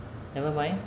nevermind